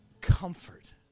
comfort